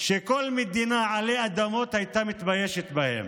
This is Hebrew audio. שכל מדינה עלי אדמות הייתה מתביישת בהם.